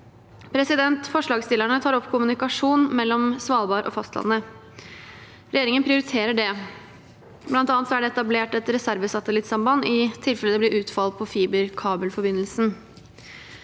avvikles. Forslagsstillerne tar opp kommunikasjon mellom Svalbard og fastlandet. Regjeringen prioriterer dette. Blant annet er det etablert et reservesatellittsamband i tilfelle det blir utfall på fiberkabelforbindelsen.